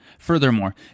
Furthermore